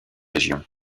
région